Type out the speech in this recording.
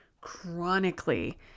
chronically